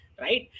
right